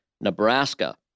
Nebraska